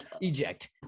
eject